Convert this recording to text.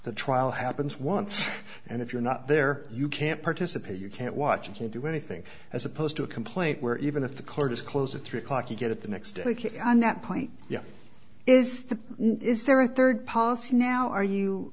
the trial happens once and if you're not there you can't participate you can't watch you can't do anything as opposed to a complaint where even if the court is closed at three o'clock you get at the next week and that point is is there a third policy now are you